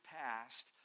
past